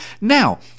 Now